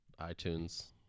itunes